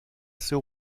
seu